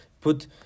put